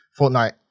Fortnite